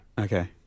Okay